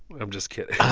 i'm just kidding oh,